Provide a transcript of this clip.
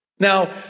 Now